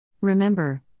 Remember